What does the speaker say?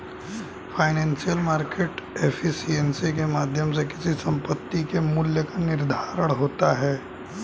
financial market efficiency के माध्यम से किसी संपत्ति के मूल्य का निर्धारण होता है